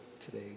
today